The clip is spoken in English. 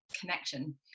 connection